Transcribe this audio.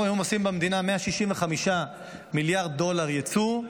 אנחנו היום עושים במדינה 165 מיליארד דולר יצוא,